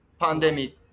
pandemic